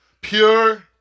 pure